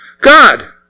God